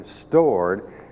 stored